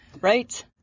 Right